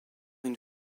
une